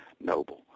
noble